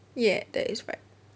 yeah that is right